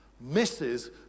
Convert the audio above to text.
misses